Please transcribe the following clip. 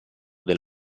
del